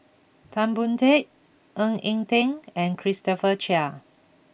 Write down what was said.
Tan Boon Teik Ng Eng Teng and Christopher Chia